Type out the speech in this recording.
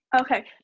Okay